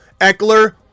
Eckler